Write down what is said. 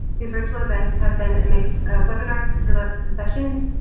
these virtual events have been a mix of webinars, skill-ups and sessions.